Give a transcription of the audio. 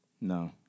No